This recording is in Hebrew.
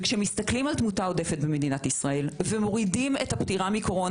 כשמסתכלים על התמותה במדינת ישראל בלי הנתונים של הפטירה מקורונה,